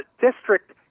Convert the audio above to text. District